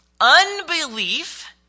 Unbelief